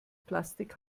plastik